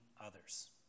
others